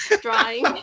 drawing